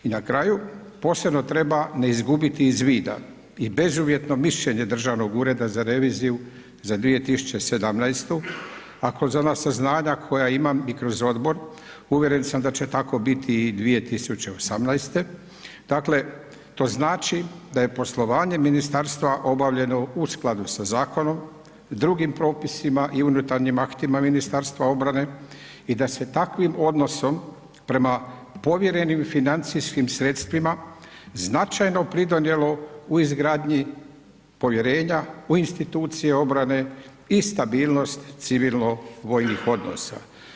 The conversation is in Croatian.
I na kraju, posebno treba ne izgubiti iz vida i bezuvjetno mišljenje Državnog ureda za reviziju za 2017. ako za ona saznanja koja imam i kroz odbor, uvjeren sam da će tako biti i 2018., dakle to znači da je poslovanje ministarstva obavljeno u skladu sa zakonom, drugim propisima i unutarnjim aktima Ministarstva obrane i da se takvim odnosom prema povjerenim financijskim sredstvima značajno pridonijelo u izgradnji povjerenja u institucije obrane i stabilnost civilno vojnih odnosa.